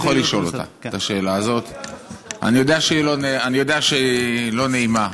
את השאלה הזאת, אני יודע שהיא לא נעימה.